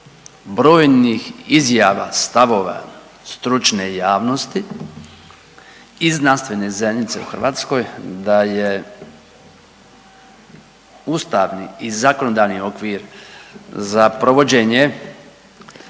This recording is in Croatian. brojnih izjava i stavova stručne javnosti i Znanstvene zajednice u Hrvatskoj da je ustavni i zakonodavni okvir za provođenje